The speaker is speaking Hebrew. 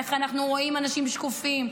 איך אנחנו רואים אנשים שקופים,